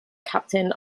captain